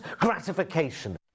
gratification